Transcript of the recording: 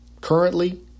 currently